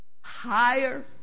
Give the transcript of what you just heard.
Higher